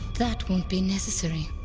that won't be necessary.